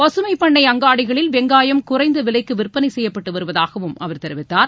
பசுமை பண்னை அங்காடிகளில் வெங்காயம் குறைந்த விலைக்கு விற்பனை செய்யப்பட்டு வருவதாகவும் அவர் தெரிவித்தார்